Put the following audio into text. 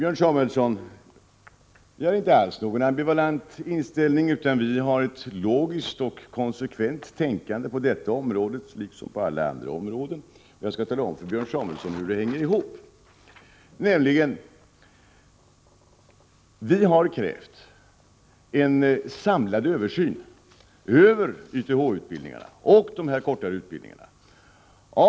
Fru talman! Nej, vi har inte alls någon ambivalent inställning, utan vi har ett logiskt och konsekvent tänkande på detta område liksom på alla andra områden. Jag skall tala om för Björn Samuelson hur det hänger ihop. Vi har krävt en samlad översyn av YTH-utbildningarna och dessa kortare utbildningar.